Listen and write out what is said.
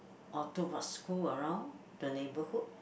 or too much school around the neighborhood